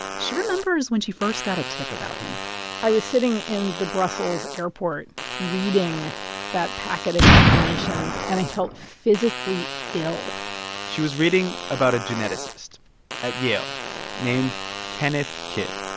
she remembers when she first got a tip about him i was sitting in the brussels airport reading that packet of information, and i felt physically ill she was reading about a geneticist at yale named kenneth kidd,